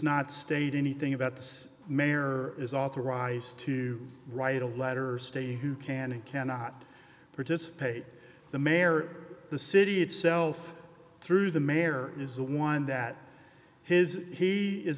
not state anything about this mayor is authorized to write a letter stating who can and cannot participate the mayor the city itself through the mayor is the one that his he is